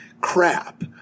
crap